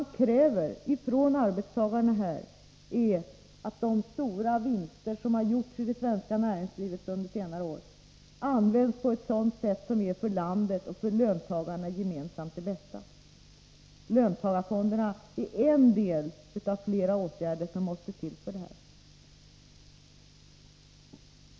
Till det som arbetstagarna kräver hör att de stora vinster som har gjorts i det svenska näringslivet under senare år används på det sätt som är det bästa för landet och för löntagarna gemensamt. Löntagarfonderna är en av flera åtgärder som måste till för detta.